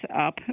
up